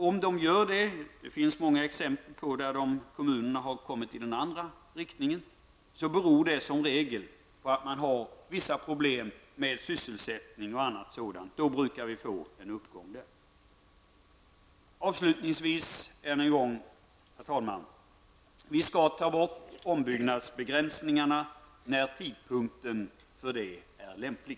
Om de gör det -- det finns många exempel på kommuner där det har gått i den andra riktningen -- så beror det som regel på att man har vissa problem med sysselsättning osv.; då brukar det bli en uppgång. Avslutningsvis, herr talman, vill jag ännu en gång säga att vi skall ta bort ombyggnadsbegränsningarna när tidpunkten för det är lämplig.